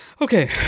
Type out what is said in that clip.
Okay